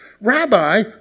Rabbi